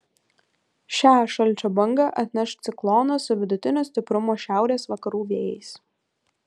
šią šalčio bangą atneš ciklonas su vidutinio stiprumo šiaurės vakarų vėjais